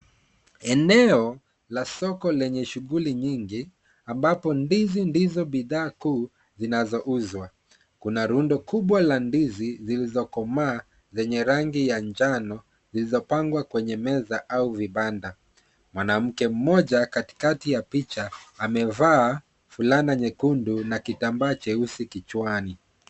Eneo la soko lenye shughuli nyingi ambapo ndizi ndizo bidhaa kuu zinazouzwa. Kuna rundo kubwa la ndizi zilizokomaa zenye rangi ya njano zilizopangwa kwenye meza au vibanda. Mwanamke mmoja katikati ya picha amevaa fulana nyekundu na kitambaa cheusi kichwani.